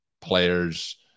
players